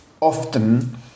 often